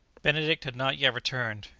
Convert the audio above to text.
benedict had not yet returned.